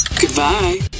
Goodbye